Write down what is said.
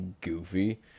goofy